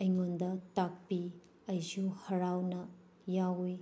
ꯑꯩꯉꯣꯟꯗ ꯇꯥꯛꯄꯤ ꯑꯩꯁꯨ ꯍꯔꯥꯎꯅ ꯌꯥꯎꯏ